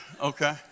Okay